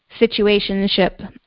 situationship